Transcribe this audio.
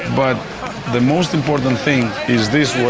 but the most important thing is this,